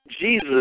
Jesus